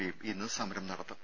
പിയും ഇന്ന് സമരം നടത്തും